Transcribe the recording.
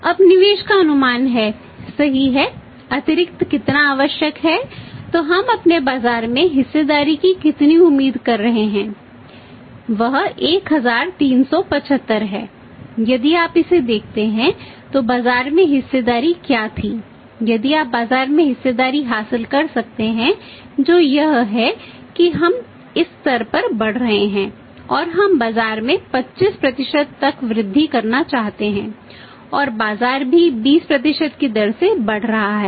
अब निवेश का अनुमान है सही है अतिरिक्त कितना आवश्यक है तो हम अपने बाजार में हिस्सेदारी की कितनी उम्मीद कर रहे हैं वह 1375 है यदि आप इसे देखते हैं तो बाजार में हिस्सेदारी क्या थी यदि आप बाजार में हिस्सेदारी हासिल कर सकते हैं जो यह है कि हम इस स्तर पर बढ़ रहे हैं और हम बाजार में 25 तक वृद्धि करना चाहते हैं और बाजार भी 20 की दर से बढ़ रहा है